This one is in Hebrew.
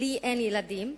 לי אין ילדים.